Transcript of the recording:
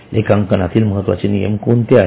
लेखांकनात महत्त्वाचे नियम कोणते आहेत